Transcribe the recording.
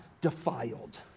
defiled